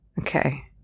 Okay